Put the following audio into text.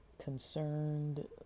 Concerned